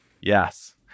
Yes